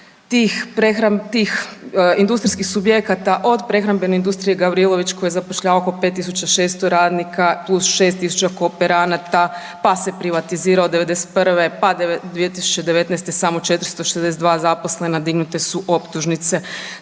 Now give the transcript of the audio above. tih industrijskih subjekata od prehrambene industrije Gavrilović koja zapošljava oko 5600 radnika plus 6000 kooperanata, pa se privatizira od '91., pa 2019. samo 462 zaposlena. Dignute su optužnice